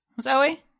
Zoe